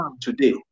today